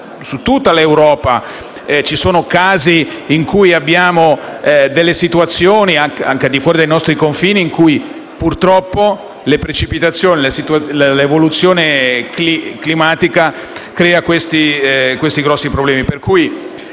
in tutta l'Europa, ci sono casi e situazioni, anche al di fuori dei nostri confini, in cui purtroppo le precipitazioni e l'evoluzione climatica creano questi grossi problemi.